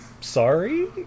sorry